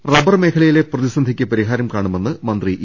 rubber മേഖലയിലെ പ്രതിസന്ധിക്ക് പരിഹാരം കാണുമെന്ന് മന്ത്രി ഇ